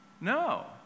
No